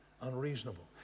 unreasonable